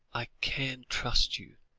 i can trust you.